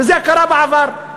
וזה קרה בעבר.